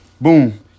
Boom